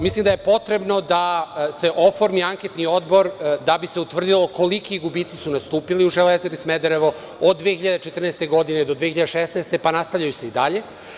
Mislim da je potrebno da se oformi anketni odbor da bi se utvrdilo koliki gubici su nastupili u „Železari“ Smederevo, od 2014. do 2016. godine, pa se nastavljaju i dalje.